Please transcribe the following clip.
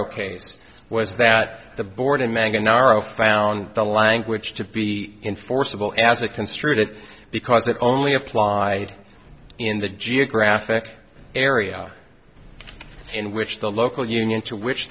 was that the board in magen r o found the language to be enforceable as a construed it because it only applied in the geographic area in which the local union to which